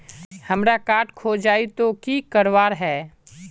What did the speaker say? हमार कार्ड खोजेई तो की करवार है?